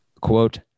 quote